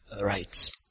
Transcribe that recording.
rights